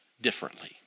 differently